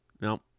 Now